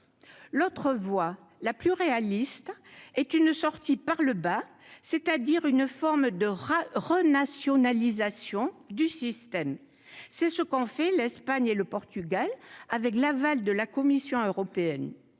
L'autre voie la plus réaliste est une sortie par le bas, c'est-à-dire une forme de rats renationalisation du système, c'est ce qu'on fait l'Espagne et le Portugal, avec l'aval de la Commission européenne,